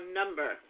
number